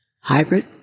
Hybrid